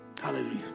Hallelujah